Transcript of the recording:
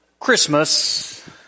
Christmas